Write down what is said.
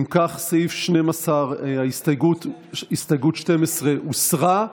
אם כך, הסתייגות 12 הוסרה.